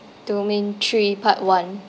domain three part one